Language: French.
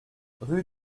rue